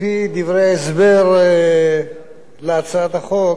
על-פי דברי ההסבר להצעת החוק,